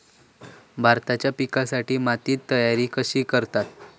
भाताच्या पिकासाठी मातीची तयारी कशी करतत?